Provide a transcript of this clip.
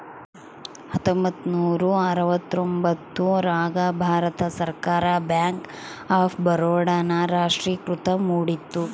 ಹತ್ತೊಂಬತ್ತ ನೂರ ಅರವತ್ತರ್ತೊಂಬತ್ತ್ ರಾಗ ಭಾರತ ಸರ್ಕಾರ ಬ್ಯಾಂಕ್ ಆಫ್ ಬರೋಡ ನ ರಾಷ್ಟ್ರೀಕೃತ ಮಾಡಿತು